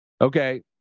Okay